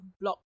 Block